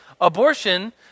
abortion